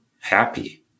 happy